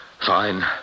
Fine